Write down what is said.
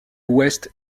west